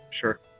sure